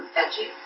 edgy